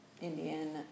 Indian